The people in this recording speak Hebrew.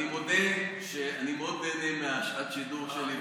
אני מודה שאני מאוד נהנה משעת השידור שלי,